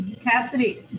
Cassidy